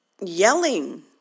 yelling